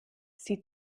sie